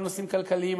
גם נושאים כלכליים,